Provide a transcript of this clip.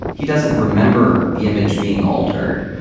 he doesn't remember the image being altered.